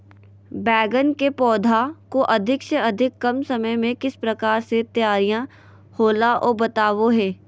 बैगन के पौधा को अधिक से अधिक कम समय में किस प्रकार से तैयारियां होला औ बताबो है?